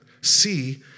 see